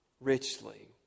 richly